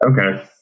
Okay